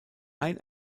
ein